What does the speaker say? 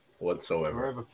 Whatsoever